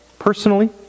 personally